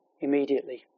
immediately